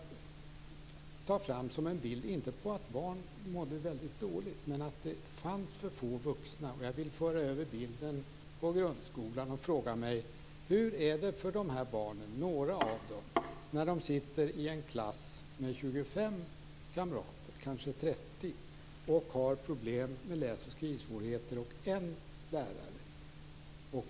Detta är inte en bild av att barn mådde dåligt, men av att det fanns för få vuxna. Jag för över bilden på grundskolan och frågar mig: Hur blir det för vissa av dessa barn när de sitter i en klass tillsammans med 25-30 kamrater och kanske har läs och skrivsvårigheter och klassen bara har en lärare?